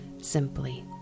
simply